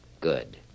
Good